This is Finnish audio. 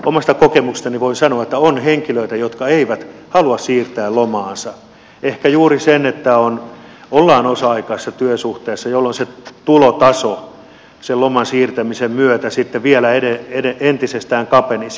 omasta kokemuksestani voin sanoa että on henkilöitä jotka eivät halua siirtää lomaansa ehkä juuri sen takia että ollaan osa aikaisessa työsuhteessa jolloin se tulotaso sen loman siirtämisen myötä sitten vielä entisestään kapenisi